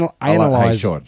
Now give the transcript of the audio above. Analyze